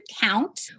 count